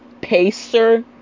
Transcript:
Pacer